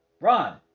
Ron